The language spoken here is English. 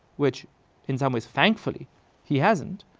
which in some ways thankfully he hasn't,